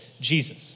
Jesus